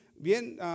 bien